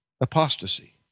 apostasy